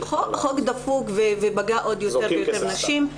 סליחה על ה --- חוק דפוק והוא פגע עוד יותר בנשים.